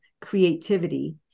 creativity